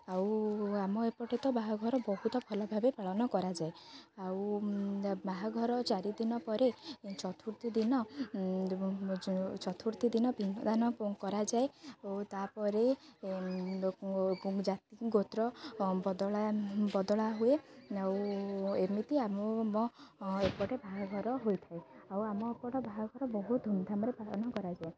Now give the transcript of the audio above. ଆଉ ଆମ ଏପଟେ ତ ବାହାଘର ବହୁତ ଭଲ ଭାବେ ପାଳନ କରାଯାଏ ଆଉ ବାହାଘର ଚାରି ଦିନ ପରେ ଚତୁର୍ଥୀ ଦିନ ଚତୁର୍ଥୀ ଦିନ ଦାନ କରାଯାଏ ଓ ତା'ପରେ ଜାତି ଗୋତ୍ର ବଦଳା ବଦଳା ହୁଏ ଆଉ ଏମିତି ଆମ ଏପଟେ ବାହାଘର ହୋଇଥାଏ ଆଉ ଆମପଟେ ବାହାଘର ବହୁତ ଧୁମ୍ଧାମ୍ରେ ପାଳନ କରାଯାଏ